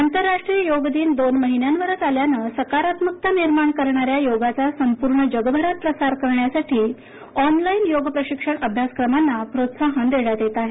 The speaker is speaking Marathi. आंतरराष्ट्रीय योग दिन दोन महिन्यांवरच आल्यानं सकारात्मकता निर्माण करणाऱ्या योगाचा संपूर्ण जगभरात प्रसार करण्यासाठी ऑनलाइन योग प्रशिक्षण अभ्यासक्रमांना प्रोत्साहन देण्यात येत आहे